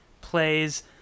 plays